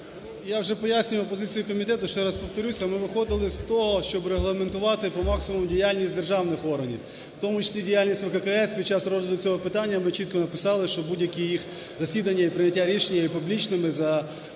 Я вже пояснював позицію комітету, ще раз повторюся. Ми виходили з того, щоб регламентувати по максимуму діяльність державних органів, в тому числі діяльність ВККС. Під час розгляду цього питання ми чітко написали, що будь-які їх засідання і прийняття рішень є публічними за участю